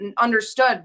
understood